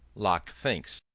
locke thinks,